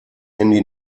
handy